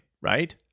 right